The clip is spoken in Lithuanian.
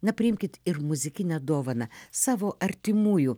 na priimkit ir muzikinę dovaną savo artimųjų